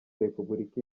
repubulika